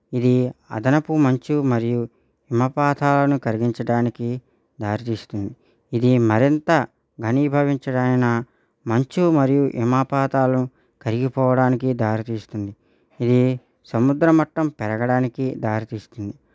ఇది అదనపు మంచు మరియు హిమపాతాలను కరిగించడానికి దారితీస్తుంది ఇది మరింత ఘనీభవించడమైన మంచు మరియు హిమపాతాలు కరిగిపోవడానికి దారితీస్తుంది ఇది సముద్ర మట్టం పెరగడానికి దారితీస్తుంది